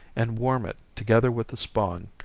and warm it, together with the spawn,